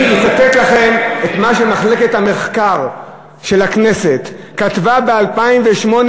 אני מצטט לכם את מה שמחלקת המחקר של הכנסת כתבה ב-2008,